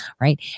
right